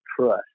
trust